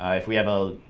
ah if we have a,